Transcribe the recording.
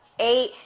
eight